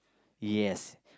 yes